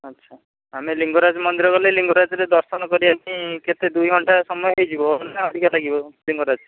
ଆଚ୍ଛା ଆମେ ଲିଙ୍ଗରାଜ ମନ୍ଦିର ଗଲେ ଲିଙ୍ଗରାଜରେ ଦର୍ଶନ କରିବା ପାଇଁ କେତେ ଦୁଇ ଘଣ୍ଟା ସମୟ ହୋଇଯିବ ନା ଅଧିକା ଲାଗିବ ଲିଙ୍ଗରାଜ